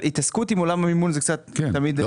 ההתעסקות עם עולם המימון היא תמיד יותר מורכבת.